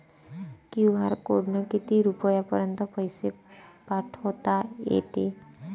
QR कोडनं किती रुपयापर्यंत पैसे पाठोता येते?